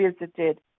visited